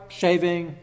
shaving